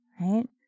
right